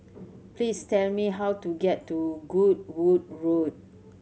please tell me how to get to Goodwood Road